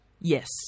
Yes